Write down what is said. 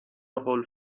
هول